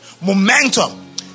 momentum